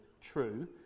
true